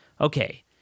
Okay